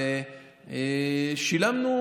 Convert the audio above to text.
ושילמנו,